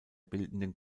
bildenden